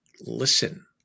listen